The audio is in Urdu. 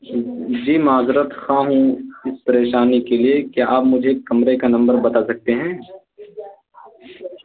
جی معذرت خواہ ہوں اس پریشانی کے لیے کیا آپ مجھے ایک کمرے کا نمبر بتا سکتے ہیں